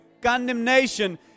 condemnation